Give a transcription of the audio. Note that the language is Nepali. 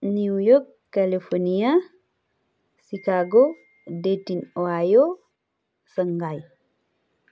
New York California Chicago Dayton Ohio Shanghai